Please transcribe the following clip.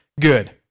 good